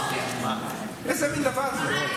איזה מין דבר כזה?